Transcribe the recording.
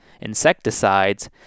insecticides